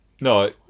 no